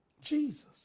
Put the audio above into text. Jesus